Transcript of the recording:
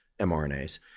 mRNAs